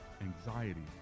anxiety